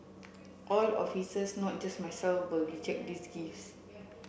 all officers not just myself will reject these gifts